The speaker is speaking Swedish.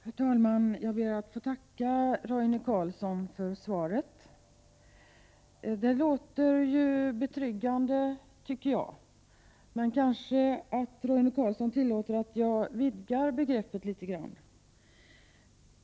Herr talman! Jag ber att få tacka Roine Carlsson för svaret. Det låter ju betryggande, men kanske Roine Carlsson tillåter att jag vidgar begreppet litet.